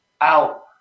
out